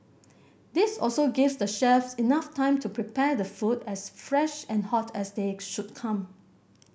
this also gives the chefs enough time to prepare the food as fresh and hot as they should come